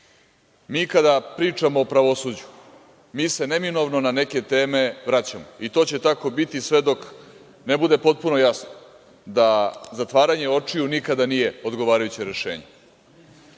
kada pričamo o pravosuđu, mi se neminovno na neke teme vraćamo i to će tako biti sve dok ne bude potpuno jasno da zatvaranje očiju nikada nije odgovarajuće rešenje. Već